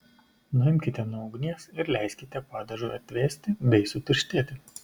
nuimkite nuo ugnies ir leiskite padažui atvėsti bei sutirštėti